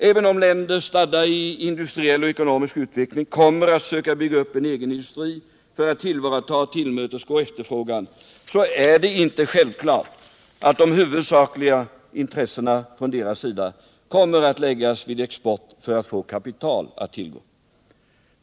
Även om länder som är stadda i industriell och ekonomisk utveckling kommer att söka bygga upp en egen industri för att tillvarata och tillmötesgå efterfrågan, är det inte självklart att huvudvikten från deras sida kommer att läggas vid exporten för att de skall få tillgång till kapital.